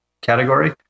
category